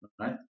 right